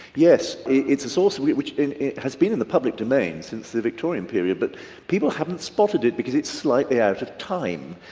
yes it's a source of which it has been in the public domain since the victorian period but people haven't spotted it because it's slightly out of time.